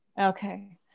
Okay